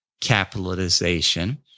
capitalization